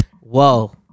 whoa